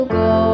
go